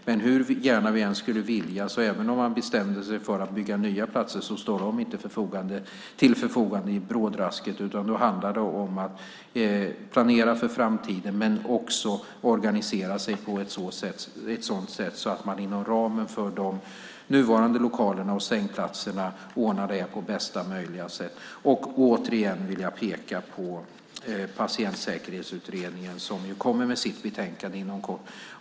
Men även om man bestämde sig för att bygga nya platser står de inte, hur gärna vi än skulle vilja, till förfogande i brådrasket, utan då handlar det om att planera för framtiden, men också organisera sig på ett sådant sätt att man inom ramen för de nuvarande lokalerna och sängplatserna ordnar det på bästa möjliga sätt. Återigen vill jag peka på Patientsäkerhetsutredningen, som kommer med sitt betänkande inom kort.